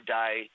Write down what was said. day